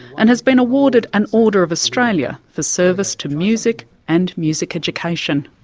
and has been awarded an order of australia for service to music and music education.